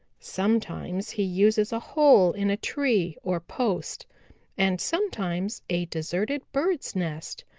sometimes he uses a hole in a tree or post and sometimes a deserted birds' nest,